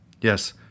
Yes